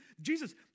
Jesus